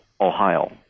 Ohio